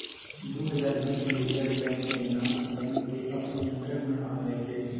दु हजार बीस मे रिजर्ब बैंक देना बैंक केँ अपन नियंत्रण मे आनलकै